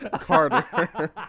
carter